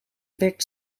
werkt